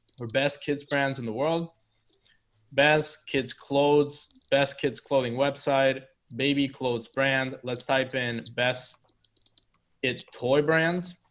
we're best kids brands in the world best kids clothes best kids clothing website baby clothes brand let's type in best it toy brands